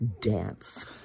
dance